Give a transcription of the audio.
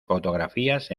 fotografías